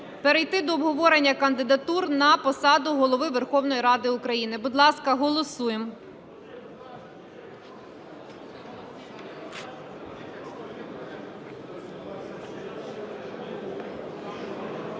перейти до обговорення кандидатур на посаду Голови Верховної Ради України. Будь ласка, голосуємо.